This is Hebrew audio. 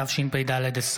התשפ"ד 2024,